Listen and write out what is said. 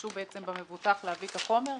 שישתמשו בעצם במבוטח להביא את החומר.